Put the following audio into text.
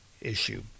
issue